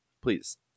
Please